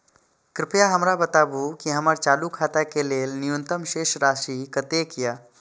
कृपया हमरा बताबू कि हमर चालू खाता के लेल न्यूनतम शेष राशि कतेक या